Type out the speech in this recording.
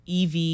EV